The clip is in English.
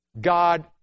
God